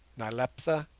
nyleptha,